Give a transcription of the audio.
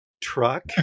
truck